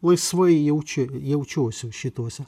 laisvai jaučia jaučiuosi šituose